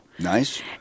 nice